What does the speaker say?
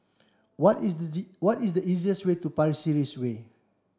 what is what is the easiest way to Pasir Ris Way